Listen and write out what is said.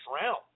round